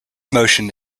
motion